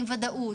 עם ודאות,